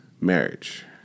marriage